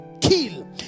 kill